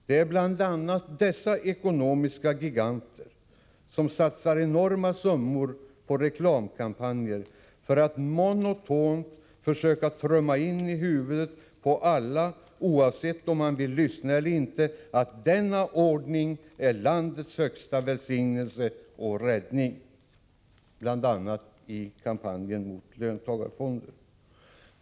Det är bl.a. dessa ekonomiska giganter som satsar enorma summor på reklamkampanjer för att monotont försöka trumma i huvudet på alla — oavsett om de vill lyssna eller inte — att denna ordning är högsta välsignelse för landet och dess räddning, bl.a. i kampanjen mot löntagarfonder.